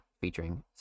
featuring